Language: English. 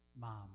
mom